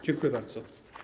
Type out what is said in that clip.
Dziękuję bardzo.